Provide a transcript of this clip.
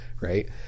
right